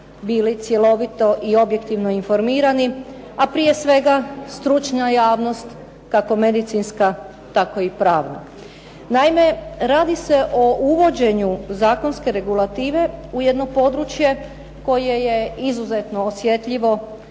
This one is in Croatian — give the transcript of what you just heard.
bili cjelovito i objektivno informirani, prije svega stručna javnost kako medicinska tako i pravna. Naime, radi se o uvođenju zakonske regulative u jedno područje koje je izuzetno osjetljivo